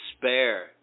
despair